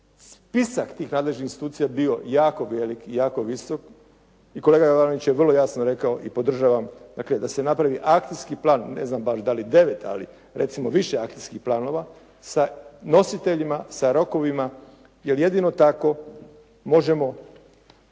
spisak tih nadležnih institucija bio jako velik i jako visok i kolega Jovanović je vrlo jasno rekao i podržavam dakle da se napravi akcijski plan. Ne znam baš da li 9, ali recimo više akcijskih planova sa nositeljima, sa rokovima, jer jedino tako možemo